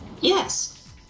Yes